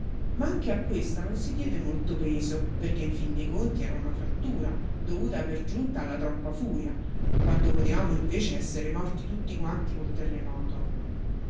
ma anche a questa non si diede molto peso perché in fin dei conti era un frattura dovuta per giunta alla troppa furia quando potevamo invece essere morti tutti quanti col terremoto